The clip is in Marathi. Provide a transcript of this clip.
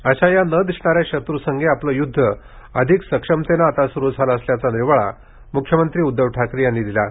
अशा या न दिसणाऱ्या शत्रू संगे आपलं यूद्ध अधिक सक्षमतेनं आता सुरु झालं असल्याचा निर्वाळा मुख्यमंत्री उदधव ठाकरे यांनी दिला आहे